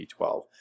B12